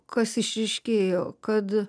kas išryškėjo kad